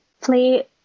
play